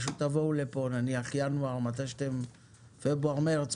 פשוט תבואו לפה נניח בינואר פברואר מרץ,